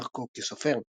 בדרכו כסופר.